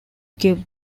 give